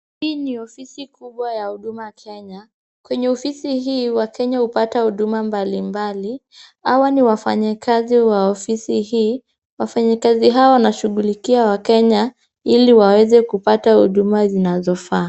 Hili ni ofisi kubwa ya Huduma Kenya. Kwenye ofisi hizi wakenya hupata huduma mbalimbali. Hawa ni wafanyakazi wa ofisi hii, wafanyikazi hawa wanashughulikia wakenya ili waweze kupata huduma zinazofaa.